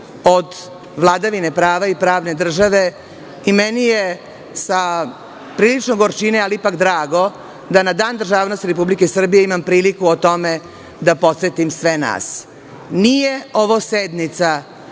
od vladavine prava i pravne države. Meni je sa prilično gorčine, ali ipak drago da na Dan državnosti Republike Srbije imam priliku o tome da podsetim sve nas. Nije ovo sednica